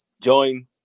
join